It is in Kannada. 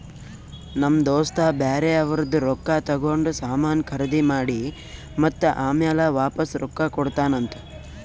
ನಮ್ ದೋಸ್ತ ಬ್ಯಾರೆ ಅವ್ರದ್ ರೊಕ್ಕಾ ತಗೊಂಡ್ ಸಾಮಾನ್ ಖರ್ದಿ ಮಾಡಿ ಮತ್ತ ಆಮ್ಯಾಲ ವಾಪಾಸ್ ರೊಕ್ಕಾ ಕೊಡ್ತಾನ್ ಅಂತ್